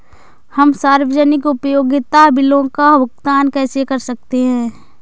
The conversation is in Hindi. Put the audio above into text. हम सार्वजनिक उपयोगिता बिलों का भुगतान कैसे कर सकते हैं?